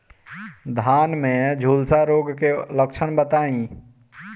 धान में झुलसा रोग क लक्षण बताई?